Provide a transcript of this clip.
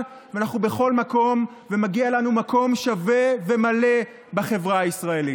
ואנחנו בכל מקום ומגיע לנו מקום שווה ומלא בחברה הישראלית.